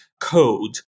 code